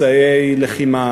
מסייעי לחימה